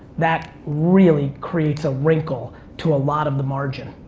that really creates a wrinkle to a lot of the margin.